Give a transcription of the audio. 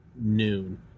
noon